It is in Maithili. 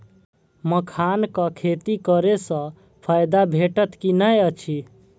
मखानक खेती करे स फायदा भेटत की नै अछि?